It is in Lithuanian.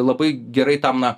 labai gerai tam na